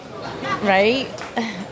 Right